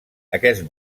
aquest